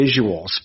visuals